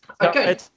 Okay